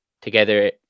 together